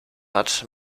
hat